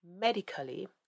medically